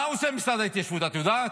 מה עושה משרד ההתיישבות, את יודעת?